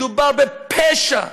מדובר בפשע,